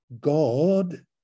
God